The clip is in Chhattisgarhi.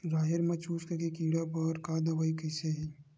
राहेर म चुस्क के कीड़ा बर का दवाई कइसे ही?